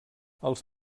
els